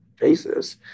basis